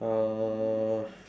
uh